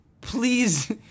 please